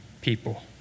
people